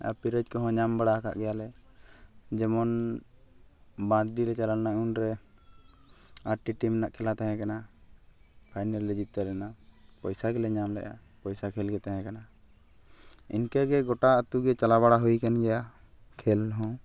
ᱟᱨ ᱯᱤᱨᱟᱹᱡᱽ ᱠᱚᱦᱚᱸ ᱧᱟᱢ ᱵᱟᱲᱟᱣ ᱠᱟᱫ ᱜᱮᱭᱟᱞᱮ ᱡᱮᱢᱚᱱ ᱵᱟᱸᱫᱽᱰᱤ ᱞᱮ ᱪᱟᱞᱟᱣ ᱞᱮᱱᱟ ᱩᱱᱨᱮ ᱟᱴᱴᱤ ᱴᱤᱢ ᱨᱮᱱᱟᱜ ᱠᱷᱮᱞᱟ ᱛᱟᱦᱮᱸ ᱠᱟᱱᱟ ᱯᱷᱟᱭᱱᱮᱞ ᱞᱮ ᱡᱤᱛᱟᱹᱣ ᱞᱮᱱᱟ ᱯᱚᱭᱥᱟᱜᱮᱞᱮ ᱧᱟᱢ ᱞᱮᱜᱼᱟ ᱯᱚᱭᱥᱟ ᱠᱷᱮᱞᱜᱮ ᱛᱟᱦᱮᱸ ᱠᱟᱱᱟ ᱤᱱᱠᱟᱹᱜᱮ ᱜᱚᱴᱟ ᱟᱛᱳᱜᱮ ᱪᱟᱞᱟᱣ ᱵᱟᱲᱟ ᱦᱩᱭ ᱠᱟᱱᱜᱮᱭᱟ ᱠᱷᱮᱞᱦᱚᱸ